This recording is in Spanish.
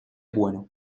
bueno